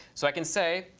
so i can say,